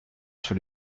sur